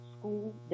school